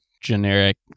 generic